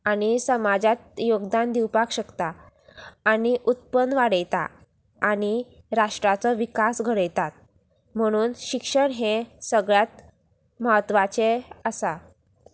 आनी समाजांत योगदान दिवपाक शकता आनी उत्पन्न वाडयता आनी राष्ट्राचो विकास घडयतात म्हणून शिक्षण हें सगळ्यांत म्हत्वाचें आसा